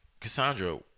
cassandra